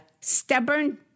Stubborn